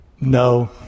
No